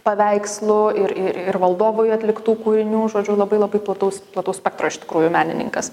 paveikslų ir ir valdovui atliktų kūrinių žodžiu labai labai plataus plataus spektro iš tikrųjų menininkas